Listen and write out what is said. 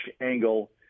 angle